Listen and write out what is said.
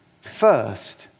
first